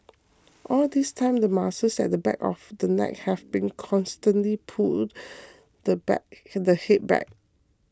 all this time the muscles at the back of the neck have to constantly pull the back and the head back